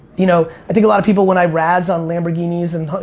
you know, i think a lot of people, when i razz on lamborghinis and,